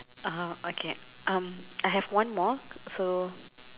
uh okay um I have one more so